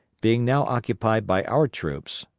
being now occupied by our troops,